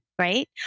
right